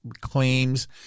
claims